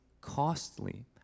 costly